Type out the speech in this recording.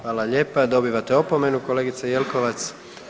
Hvala lijepa, dobivate opomenu kolegice Jelkovac.